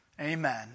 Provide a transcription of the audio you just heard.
Amen